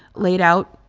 laid out,